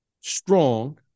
strong